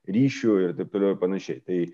ryšių ir taip toliau ir panašiai